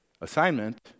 Assignment